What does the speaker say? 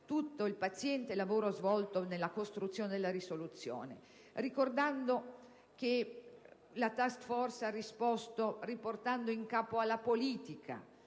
per il paziente lavoro svolto nell'elaborazione della proposta di risoluzione, ricordando che la *task force* ha risposto riportando in capo alla politica